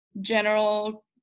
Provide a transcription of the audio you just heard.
general